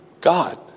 God